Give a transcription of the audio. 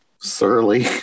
surly